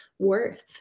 worth